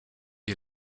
die